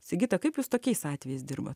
sigita kaip jūs tokiais atvejais dirbat